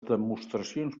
demostracions